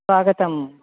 स्वागतं